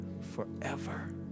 forever